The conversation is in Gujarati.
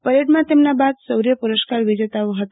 પરેડમાં તેમના બાદ શોર્ય પુરસ્કાર વિજેતાઓ હતા